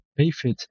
Payfit